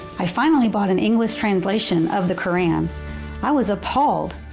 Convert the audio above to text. i finally bought an english translation of the quran i was appalled.